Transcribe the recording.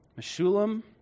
Meshulam